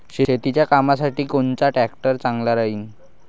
शेतीच्या कामासाठी कोनचा ट्रॅक्टर चांगला राहीन?